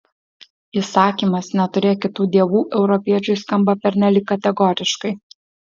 įsakymas neturėk kitų dievų europiečiui skamba pernelyg kategoriškai